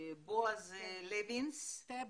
בועז סטמבלר.